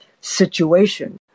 situation